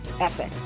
epic